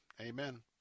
Amen